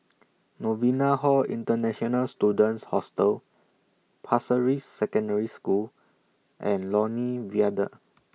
Novena Hall International Students Hostel Pasir Ris Secondary School and Lornie Viaduct